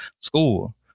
school